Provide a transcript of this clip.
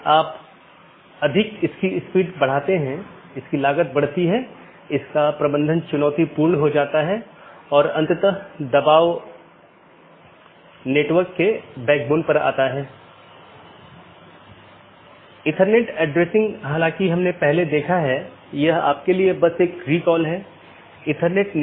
दो जोड़े के बीच टीसीपी सत्र की स्थापना करते समय BGP सत्र की स्थापना से पहले डिवाइस पुष्टि करता है कि BGP डिवाइस रूटिंग की जानकारी प्रत्येक सहकर्मी में उपलब्ध है या नहीं